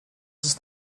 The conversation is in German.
ist